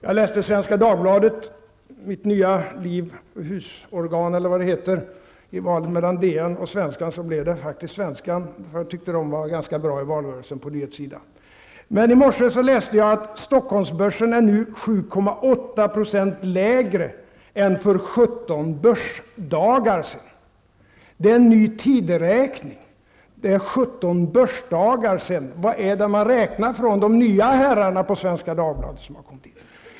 Jag läste i morse i Svenska Dagbladet -- mitt nya husorgan, eftersom jag tyckte att Svenska Dagbladet var ganska bra på nyhetssidan i valrörelsen jämfört med Dagens Nyheter -- att börsdagar sedan. Det är en ny tideräkning. Vad räknar då de nya herrarna på Svenska Dagbladet?